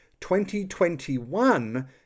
2021